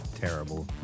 terrible